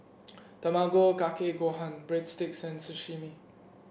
Tamago Kake Gohan Breadsticks and Sashimi